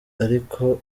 aliko